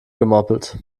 gemoppelt